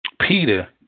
Peter